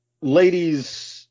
Ladies